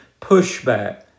pushback